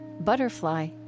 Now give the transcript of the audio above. Butterfly